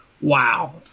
wow